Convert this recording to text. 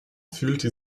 fühlte